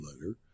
letter